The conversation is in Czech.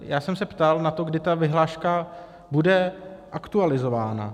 Já jsem se ptal na to, kdy ta vyhláška bude aktualizována.